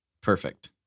Perfect